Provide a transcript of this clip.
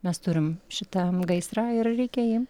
mes turim šitą gaisrą ir reikia jį